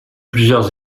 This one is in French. plusieurs